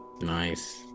Nice